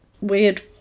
weird